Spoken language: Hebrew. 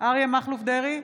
אריה מכלוף דרעי,